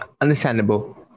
understandable